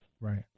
Right